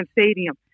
Stadium